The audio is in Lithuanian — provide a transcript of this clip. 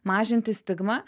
mažinti stigmą